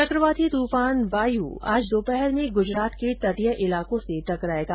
चकवाती तूफान वायु आज दोपहर में गुजरात के तटीय इलाकों से टकरायेगा